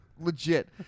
legit